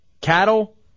Cattle